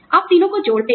आप तीनों को जोड़ते हैं